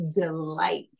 delight